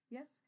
Yes